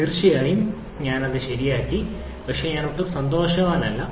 തീർച്ചയായും ഞാൻ അത് ശരിയാക്കി പക്ഷേ ഞാൻ ഒട്ടും സന്തോഷവാനല്ല